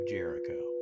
Jericho